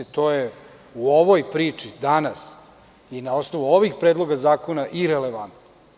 To je u ovoj priči, danas ima osnovu ovih predloga zakona, irelevantno.